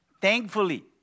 thankfully